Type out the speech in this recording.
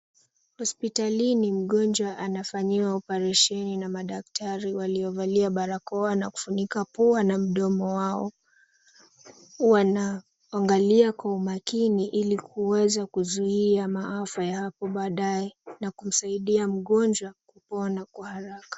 Hospitalini mgonjwa anafanyiwa oparesheni na madaktari waliovalia barakoa na kufunika pua na mdomo wao. Wanaangalia kwa umakini ili kuweza kuzuia maafa ya apo baadae na kumsaidia mgonjwa kupona kwa haraka.